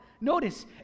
Notice